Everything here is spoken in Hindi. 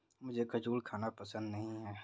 मुझें खजूर खाना पसंद नहीं है